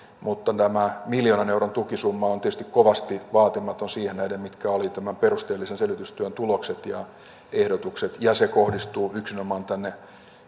lisäbudjetissa tämä miljoonan euron tukisumma on tietysti kovasti vaatimaton siihen nähden mitkä olivat tämän perusteellisen selvitystyön tulokset ja ehdotukset ja se kohdistuu yksinomaan tänne